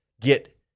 get